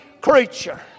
creature